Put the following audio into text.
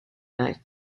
knife